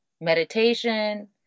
meditation